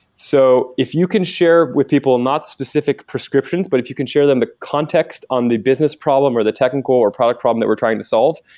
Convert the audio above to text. so if you can share with people not specific prescriptions, but if you can share them the context on the business problem or the technical or product problem they we're trying to solve,